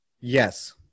Yes